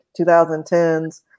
2010s